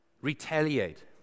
retaliate